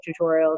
tutorials